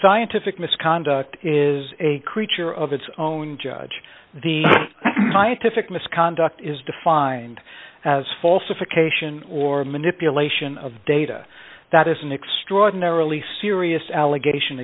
scientific misconduct is a creature of its own judge the scientific misconduct is defined as false if occasion or a manipulation of data that is an extraordinarily serious allegation